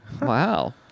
Wow